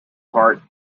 part